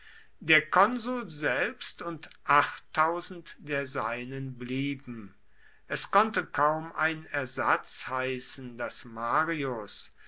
der konsul selbst und der seinen blieben es konnte kaum ein ersatz heißen daß marius